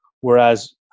Whereas